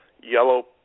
yellow